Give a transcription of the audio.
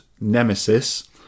nemesis